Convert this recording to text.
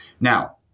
Now